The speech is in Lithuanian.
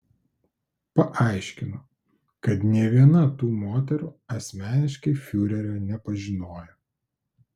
paaiškinu kad nė viena tų moterų asmeniškai fiurerio nepažinojo